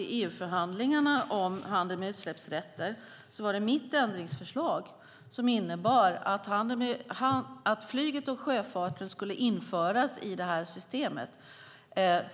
I EU-förhandlingarna om handeln med utsläppsrätter var det faktiskt mitt ändringsförslag som innebar att flyget och sjöfarten skulle införas i systemet.